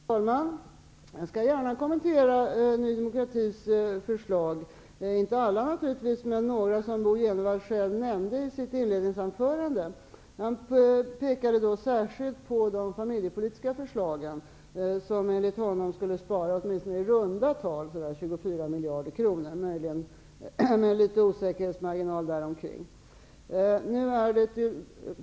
Herr talman! Jag skall gärna kommentera Ny demokratis förslag, naturligtvis inte alla, men några som Bo Jenevall själv nämnde i sitt inledningsanförande. Han pekade särskilt på de familjepolitiska förslagen, som enligt honom skulle spara i runda tal 24 miljarder kronor, möjligen med litet osäkerhetsmarginal.